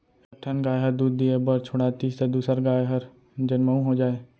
एक ठन गाय ह दूद दिये बर छोड़ातिस त दूसर गाय हर जनमउ हो जाए